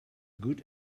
good